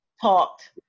talked